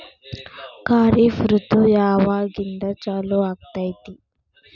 ಖಾರಿಫ್ ಋತು ಯಾವಾಗಿಂದ ಚಾಲು ಆಗ್ತೈತಿ?